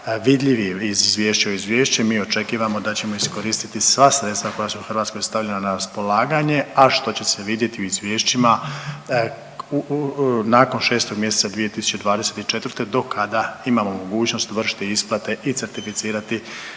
vidljivi iz izvješća u izvješće mi očekivamo da ćemo iskoristiti sva sredstva koja su Hrvatskoj stavljena na raspolaganje, a što će se vidjeti u izvješćima nakon 6 mjeseca 2024. do kada imamo mogućnost vršiti isplate i certificirati